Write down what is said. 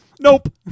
nope